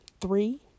three